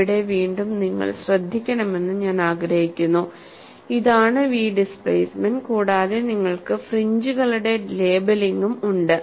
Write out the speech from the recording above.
ഇവിടെ വീണ്ടും നിങ്ങൾ ശ്രദ്ധിക്കണമെന്ന് ഞാൻ ആഗ്രഹിക്കുന്നു ഇതാണ് വി ഡിസ്പ്ലേസ്മെന്റ് കൂടാതെ നിങ്ങൾക്ക് ഫ്രിഞ്ചുകളുടെ ലേബലിംഗും ഉണ്ട്